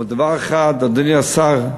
אבל דבר אחד, אדוני השר,